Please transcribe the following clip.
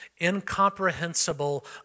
incomprehensible